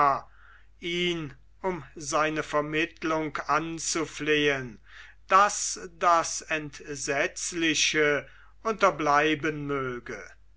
ihn um seine vermittlung anzuflehen daß das entsetzliche unterbleiben möge